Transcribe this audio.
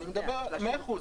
בסדר.